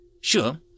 Sure